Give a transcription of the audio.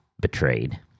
betrayed